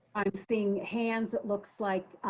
i'm seeing hands. it looks like.